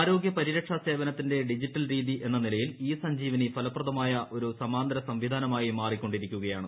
ആരോഗൃ പരിരക്ഷാ സേവനത്തിന്റെ ഡിജിറ്റൽ രീതി എന്ന നിലയിൽ ഇ സഞ്ജീവനി ഫലപ്രദമായ ഒരു സമാന്തര സംവിധാനമായി മാറിക്കൊണ്ടിരിക്കുകയാണ്